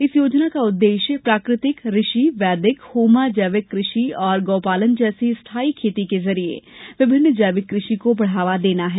इस योजना का उद्देश्य प्राकृतिक ऋषि वैदिक होमा जैविक कृषि और गौ पालन जैसी स्थोई खेती के जरिये विभिन्नि जैविक कृषि को बढ़ावा देना है